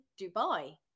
Dubai